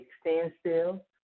standstill